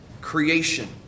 creation